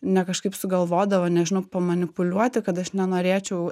ne kažkaip sugalvodavo nežinau pamanipuliuoti kad aš nenorėčiau